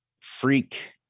freak